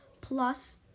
Plus